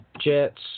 jets